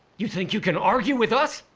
you think you can argue with us?